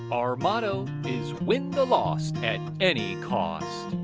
our motto is, win the lost at any cost.